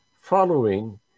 Following